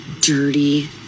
dirty